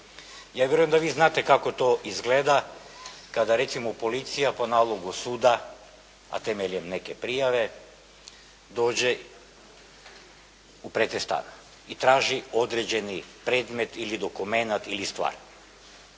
Ja vjerujem da vi znate kako to izgleda, kada recimo policija po nalogu suda, a temeljem neke prijave, dođe u pretres stana i traži određeni predmet ili dokumenat, ili stvar.